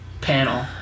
panel